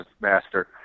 master